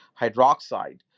hydroxide